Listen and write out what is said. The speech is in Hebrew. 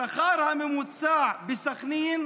השכר הממוצע בסח'נין